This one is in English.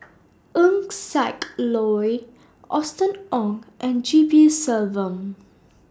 Eng Siak Loy Austen Ong and G P Selvam